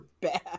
bad